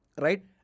right